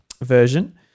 version